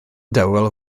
dawel